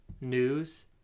news